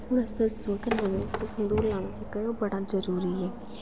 हून अस दस्सो संदूर लाना केह्ड़ा बड़ा जरूरी ऐ